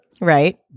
Right